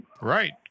Right